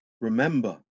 Remember